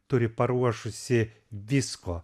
turi paruošusi visko